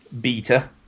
beta